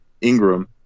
Ingram